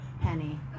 penny